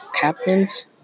captains